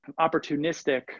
opportunistic